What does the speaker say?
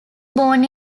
born